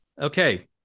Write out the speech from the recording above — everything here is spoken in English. okay